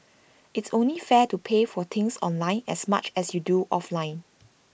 it's only fair to pay for things online as much as you do offline